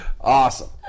Awesome